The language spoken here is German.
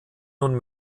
nun